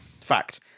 Fact